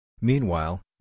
Meanwhile